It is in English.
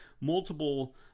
multiple –